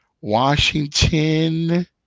Washington